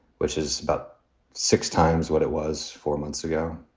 which is about six times what it was four months ago.